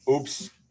oops